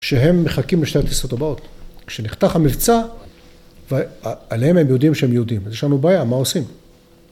שהם מחכים לשתי הטיסות הבאות כשנחתך המבצע ועליהם הם יודעים שהם יהודים אז יש לנו בעיה מה עושים